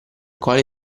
quale